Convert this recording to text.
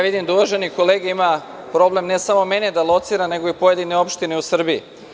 Vidim da uvaženi kolega ima problem ne samo mene da locira nego i pojedine opštine u Srbiji.